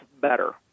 better